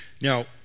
now